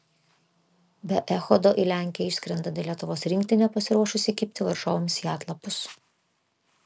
be echodo į lenkiją išskrendanti lietuvos rinktinė pasiruošusi kibti varžovams į atlapus